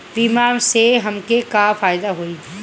बीमा से हमके का फायदा होई?